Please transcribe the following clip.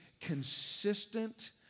consistent